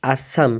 Assam